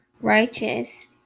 righteous